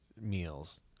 meals